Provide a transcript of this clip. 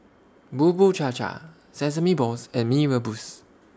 Bubur Cha Cha Sesame Balls and Mee Rebus